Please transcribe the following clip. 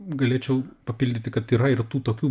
galėčiau papildyti kad yra ir tų tokių